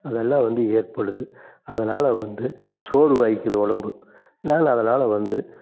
அதெல்லாம் வந்து ஏற்படுது அதனால் வந்து சோர்வாயிக்குது உடம்பு நான் அதனால் வந்து